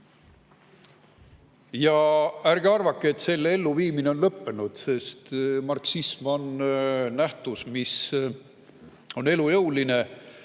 Ärge arvake, et selle elluviimine on lõppenud, sest marksism on nähtus, mis on elujõuline.